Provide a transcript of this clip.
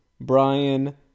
Brian